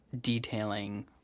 detailing